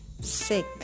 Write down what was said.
sick